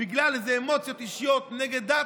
בגלל איזה אמוציות אישיות נגד דת,